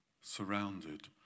surrounded